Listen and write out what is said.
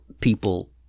people